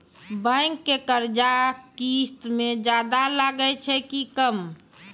Bank के कर्जा किस्त मे ज्यादा लागै छै कि कम?